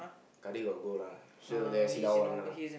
Kadir got go lah sure there sit down one lah